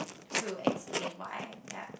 to explain what I am ya